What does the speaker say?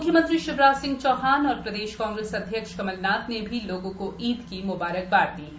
म्ख्यमंत्री शिवराज सिंह चौहान और प्रदेश कांग्रेस अध्यक्ष कमलनाथ ने भी लोगों को ईद की मुंबारकवाद दी है